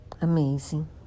amazing